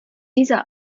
dieser